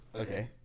Okay